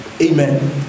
Amen